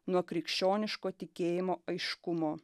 nuo krikščioniško tikėjimo aiškumo